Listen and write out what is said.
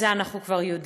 את זה אנחנו כבר יודעים,